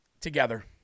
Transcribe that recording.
together